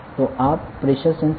તો આ pressure sensor વિશે છે